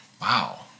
Wow